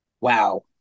Wow